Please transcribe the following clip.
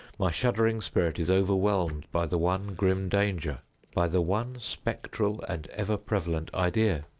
my shuddering spirit is overwhelmed by the one grim danger by the one spectral and ever-prevalent idea.